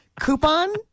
Coupon